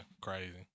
crazy